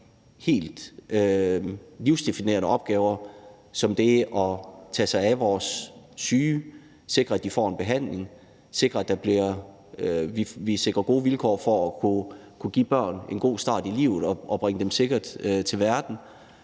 helt livsdefinerende opgaver, som det er at tage sig af vores syge og sikre, at de får en behandling, og sikre gode vilkår for at kunne give børn en god start i livet og bringe dem sikkert til verden